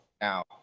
now